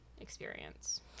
experience